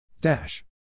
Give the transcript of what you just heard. Dash